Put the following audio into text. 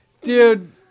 dude